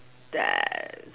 that